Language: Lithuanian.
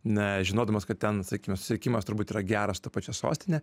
žinodamas kad ten sakykime susisiekimas turbūt yra geras su ta pačia sostine